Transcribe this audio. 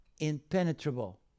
Impenetrable